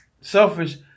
selfish